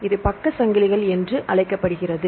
இது பக்க சங்கிலிகள் என்று அழைக்கப்படுகிறது